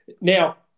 Now